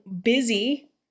busy